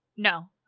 No